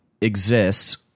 exists